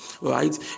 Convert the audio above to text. right